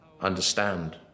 understand